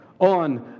on